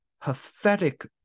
pathetic